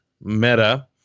meta